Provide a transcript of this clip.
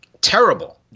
terrible